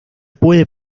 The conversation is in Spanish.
puede